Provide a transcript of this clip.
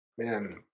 Man